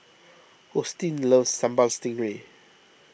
Hosteen loves Sambal Stingray